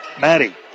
Maddie